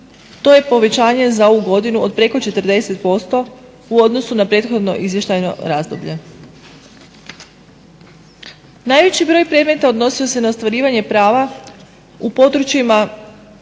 To je povećanje za ovu godinu od preko 40% u odnosu na prethodno izvještajno razdoblje. Najveći broj predmeta odnosio se na ostvarivanje prava u područjima